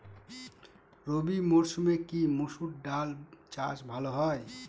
রবি মরসুমে কি মসুর ডাল চাষ ভালো হয়?